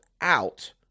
out